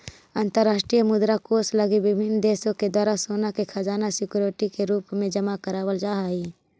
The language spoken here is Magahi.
अंतरराष्ट्रीय मुद्रा कोष लगी विभिन्न देश के द्वारा सोना के खजाना सिक्योरिटी के रूप में जमा करावल जा हई